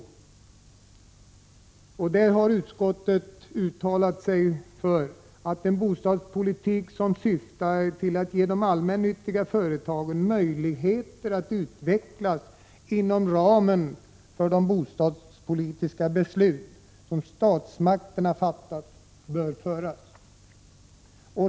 I detta betänkande har utskottet uttalat att det bör föras en bostadspolitik som syftar till att ge de allmännyttiga företagen möjligheter att utvecklas inom ramen för de bostadspolitiska beslut som statsmakterna fattat.